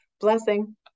Blessing